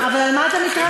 אבל על מה אתה מתרעם?